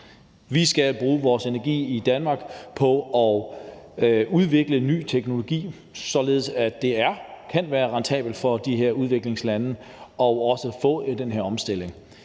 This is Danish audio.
Vi skal bruge vores energi i Danmark på at udvikle ny teknologi, således at det også kan være rentabelt for de her udviklingslande at få den her omstilling.